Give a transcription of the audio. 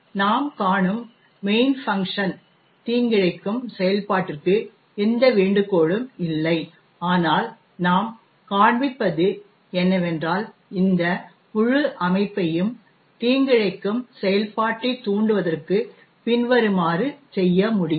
இங்கே நாம் காணும் மெயினஂ ஃபஙஂகஂஷனஂ தீங்கிழைக்கும் செயல்பாட்டிற்கு எந்த வேண்டுகோளும் இல்லை ஆனால் நாம் காண்பிப்பது என்னவென்றால் இந்த முழு அமைப்பையும் தீங்கிழைக்கும் செயல்பாட்டைத் தூண்டுவதற்கு பின்வருமாறு செய்ய முடியும்